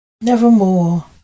Nevermore